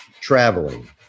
traveling